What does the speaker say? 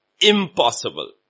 impossible